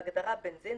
בהגדרה "בנזין",